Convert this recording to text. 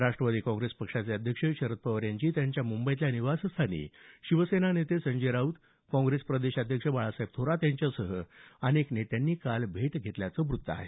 Rashtrawadi Congress पक्षाचे अध्यक्ष शरद पवार यांची त्यांच्या मुंबईतल्या निवासस्थानी शिवसेना नेते संजय राऊत काँग्रेस प्रदेशाध्यक्ष बाळासाहेब थोरात यांच्यासह अनेक नेत्यांनी भेट घेतल्याचं व्त्त आहे